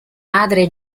madre